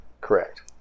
Correct